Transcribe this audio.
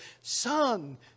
son